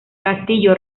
castillo